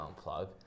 unplug